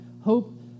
Hope